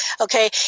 Okay